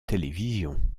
télévision